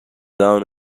down